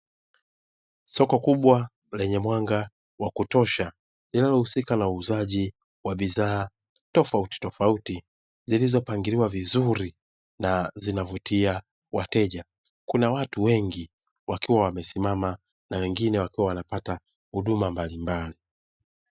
Soko kubwa lenye mwanga wa kutosha, linalohusika na uuzaji wa bidhaa tofautitofauti, zilizopangiliwa vizuri na zinavutia wateja. Kuna watu wengi wakiwa wamesimama na wengine wakiwa wanapata huduma mbalimbali.